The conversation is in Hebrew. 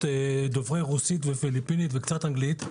דוברי רוסית ופיליפינית וקצת אנגלית,